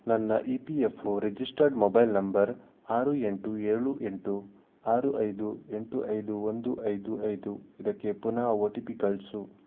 ನನ್ನ E P F O registered mobile number ಆರು ಎಂಟು ಏಳು ಎಂಟು ಆರು ಐದು ಎಂಟು ಐದು ಒಂದು ಐದು ಐದು ಇದಕ್ಕೆ ಪುನಃ ಒ ಟಿ ಪಿ ಕಳಿಸು